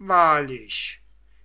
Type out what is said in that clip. wahrlich